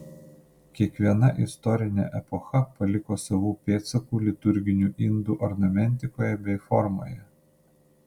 kiekviena istorinė epocha paliko savų pėdsakų liturginių indų ornamentikoje bei formoje